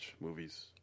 movies